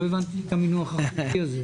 לא הבנתי את המינוח הזה.